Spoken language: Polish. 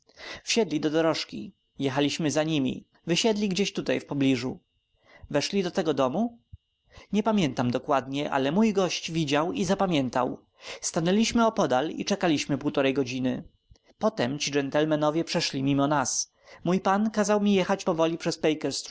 wsiedli do dorożki jechaliśmy za nimi wysiedli gdzieś tutaj w pobliżu weszli do tego domu nie pamiętam dokładnie ale mój gość widział i zapamiętał stanęliśmy opodal i czekaliśmy półtory godziny potem ci gentlemanowie przeszli mimo nas mój pan kazał mi jechać powoli przez